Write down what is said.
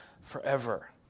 forever